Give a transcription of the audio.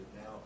now